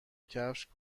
کفش